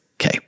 Okay